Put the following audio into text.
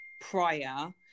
prior